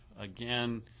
Again